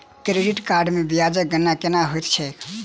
credit card मे ब्याजक गणना केना होइत छैक